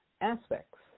aspects